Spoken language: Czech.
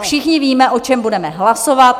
Všichni víme, o čem budeme hlasovat.